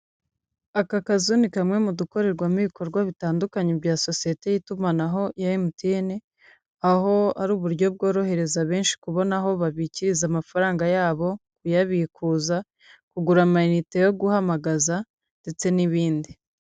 Aka kazu ni kamwe mu dukorerwamo ibikorwa bitandukanye bya sosiyete y'itumanaho ya MTN aho ari uburyo bworohereza benshi kubona aho babikiriza amafaranga yabo, kuyabikuza, kugura amayinite yo guhamagaza, ndetse n'ibindi.